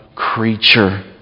creature